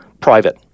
private